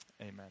Amen